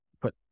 put